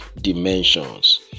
dimensions